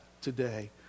today